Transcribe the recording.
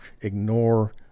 Ignore